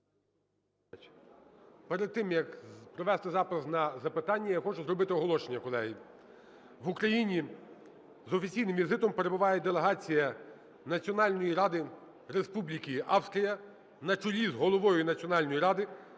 Перед тим, як провести запис на запитання, я хочу зробити оголошення, колеги. В Україні з офіційним візитом перебуває делегація Національної Ради Республіки Австрія на чолі з Головою Національної Ради